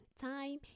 Time